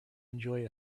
enjoy